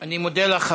אני מודה לך,